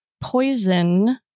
poison